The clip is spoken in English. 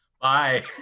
Bye